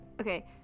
Okay